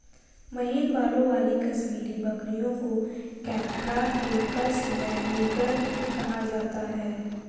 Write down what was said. महीन बालों वाली कश्मीरी बकरियों को कैपरा हिरकस लैनिगर कहा जाता है